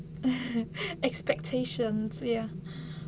expectation ya